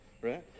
right